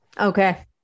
Okay